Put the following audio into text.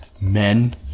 men